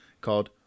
called